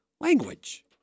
language